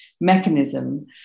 mechanism